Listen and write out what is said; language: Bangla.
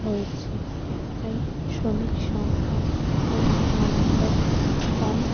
হয়েছে তাই শ্রমিক সংখ্যা এখন অনেকটাই কম